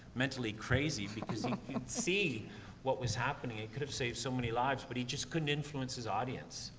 mentally crazy because ah see what was happening and could have saved so many lives, but he just couldn't influence his audience.